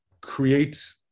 create